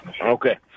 Okay